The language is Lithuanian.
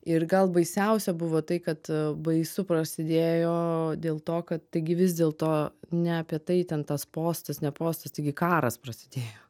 ir gal baisiausia buvo tai kad baisu prasidėjo dėl to kad taigi vis dėl to ne apie tai ten tas postas ne postas taigi karas prasidėjo